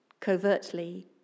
covertly